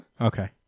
Okay